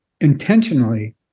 intentionally